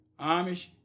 Amish